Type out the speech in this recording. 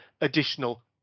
additional